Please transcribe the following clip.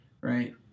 right